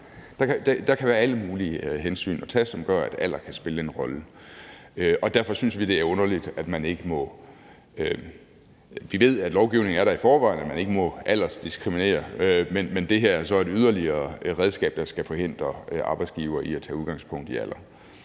Der kan være alle mulige hensyn at tage, som gør, at alder kan spille en rolle. Derfor synes vi, det er underligt. De ved i forvejen, at lovgivningen er der, og at man ikke må aldersdiskriminere, men det her er så et yderligere redskab, der skal forhindre arbejdsgivere i at tage udgangspunkt i alder.